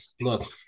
Look